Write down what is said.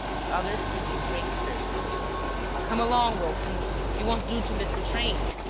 the other seemed in great spirits come along, wilson it won't do to miss the train.